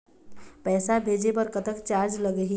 पैसा भेजे बर कतक चार्ज लगही?